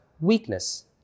weakness